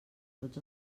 tots